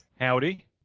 Howdy